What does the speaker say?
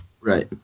Right